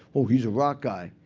oh, he's a rock guy.